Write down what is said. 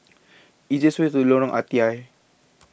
is the easiest way to Lorong Ah Thia